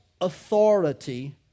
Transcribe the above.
authority